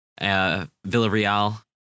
Villarreal